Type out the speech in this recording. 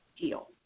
deal